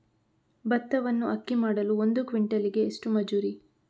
ಭತ್ತವನ್ನು ಅಕ್ಕಿ ಮಾಡಲು ಒಂದು ಕ್ವಿಂಟಾಲಿಗೆ ಎಷ್ಟು ಮಜೂರಿ?